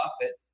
Buffett